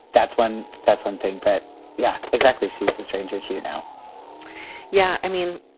that's one that's one thing. but yeah, exactly. she's a stranger to you now yeah. i mean,